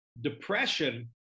Depression